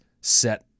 set